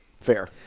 Fair